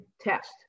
test